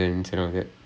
right right right